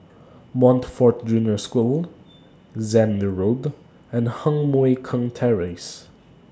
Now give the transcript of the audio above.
Montfort Junior School Zehnder Road and Heng Mui Keng Terrace